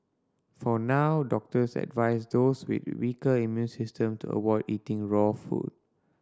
for now doctors advise those with weaker immune systems to avoid eating raw food